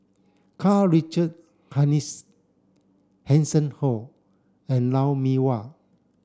Karl Richard Hanitsch Hanson Ho and Lou Mee Wah